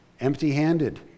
Empty-handed